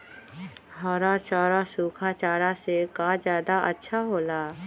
हरा चारा सूखा चारा से का ज्यादा अच्छा हो ला?